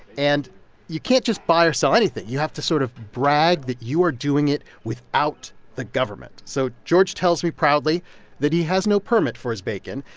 and you can't just buy or sell anything. you have to sort of brag that you are doing it without the government. so george tells me proudly that he has no permit for his bacon,